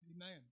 Amen